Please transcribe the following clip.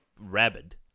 rabid